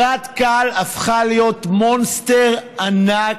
חברת Cal הפכה להיות מונסטר ענק,